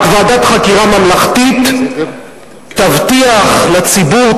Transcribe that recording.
רק ועדת חקירה ממלכתית תבטיח לציבור,